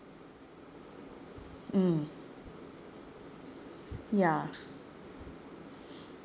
mm ya